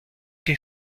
que